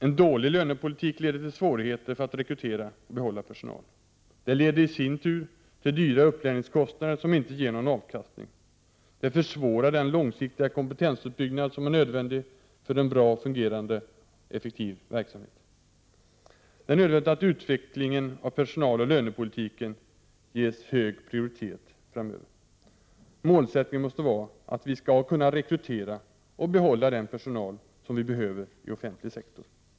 En dålig lönepolitik leder till svårigheter att rekrytera och behålla personal. Det leder i sin tur till dyra upplärningskostnader som inte ger någon avkastning. Det försvårar den långsiktiga kompetensuppbyggnad som är nödvändig för en bra fungerande och effektiv verksamhet. Det är nödvändigt att utvecklingen av personaloch lönepolitiken ges hög prioritet framöver. Målsättningen måste vara att vi skall kunna rekrytera och behålla den personal vi behöver i offentlig sektor.